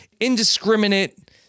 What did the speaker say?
indiscriminate